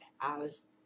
Alice